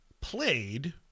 played